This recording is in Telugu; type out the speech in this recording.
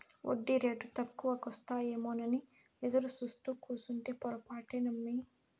ఒడ్డీరేటు తక్కువకొస్తాయేమోనని ఎదురుసూత్తూ కూసుంటే పొరపాటే నమ్మి